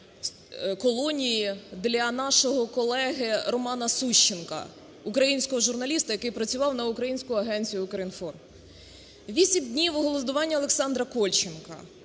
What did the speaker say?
колонії для нашого колеги Романа Сущенка – українського журналіста, який працював на українську агенцію "Укрінформ". 8 днів голодування Олександра Кольченка.